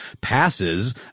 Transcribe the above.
passes